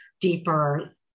deeper